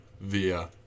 via